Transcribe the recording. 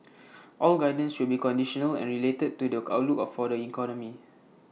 all guidance should be conditional and related to the outlook for the economy